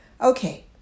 Okay